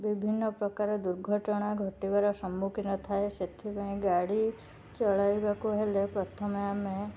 ବିଭିନ୍ନପ୍ରକାର ଦୁର୍ଘଟଣା ଘଟିବାର ସମ୍ମୁଖୀନ ଥାଏ ସେଥିପାଇଁ ଗାଡ଼ି ଚଳାଇବାକୁ ହେଲେ ପ୍ରଥମେ ଆମେ